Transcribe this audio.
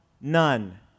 none